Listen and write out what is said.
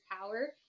power